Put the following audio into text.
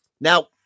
Now